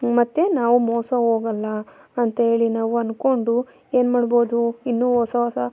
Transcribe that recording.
ಮತ್ತೆ ನಾವು ಮೋಸ ಹೋಗಲ್ಲ ಅಂತ ಹೇಳಿ ನಾವು ಅಂದ್ಕೊಂಡು ಏನು ಮಾಡ್ಬೋದು ಇನ್ನೂ ಹೊಸ ಹೊಸ